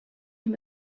him